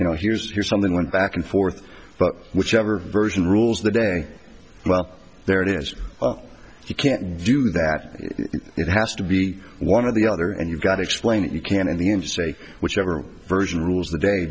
you know here's here's something went back and forth but whichever version rules the day well there it is you can't do that it has to be one of the other and you've got to explain it you can in the end say whichever version rules the day